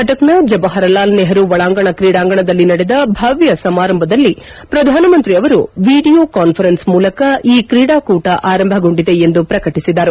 ಕಟಕ್ನ ಜವಾಪರಲಾಲ್ ನೆಹರು ಒಳಾಂಗಣ ಕ್ರೀಡಾಂಗಣದಲ್ಲಿ ನಡೆದ ಭವ್ದ ಸಮಾರಂಭದಲ್ಲಿ ಪ್ರಧಾನಮಂತ್ರಿ ಅವರು ವಿಡಿಯೋ ಕಾನ್ಫರೆನ್ಸ್ ಮೂಲಕ ಈ ಕ್ರೀಡಾಕೂಟ ಆರಂಭಗೊಂಡಿದೆ ಎಂದು ಪ್ರಕಟಿಸಿದರು